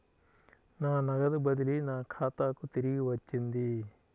నా నగదు బదిలీ నా ఖాతాకు తిరిగి వచ్చింది